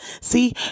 See